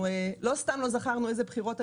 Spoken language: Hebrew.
ולא סתם לא זכרנו איזה בחירות היו,